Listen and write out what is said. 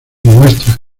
muestra